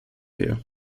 wir